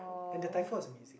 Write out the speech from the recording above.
and the Thai food was amazing